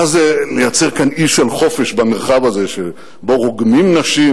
מה זה לייצר כאן אי של חופש במרחב הזה שבו רוגמים נשים